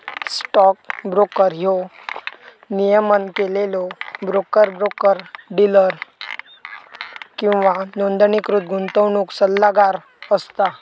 stock broker ह्यो नियमन केलेलो ब्रोकर, ब्रोकर डीलर किंवा नोंदणीकृत गुंतवणूक सल्लागार असता